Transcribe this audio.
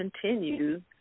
continue